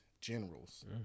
generals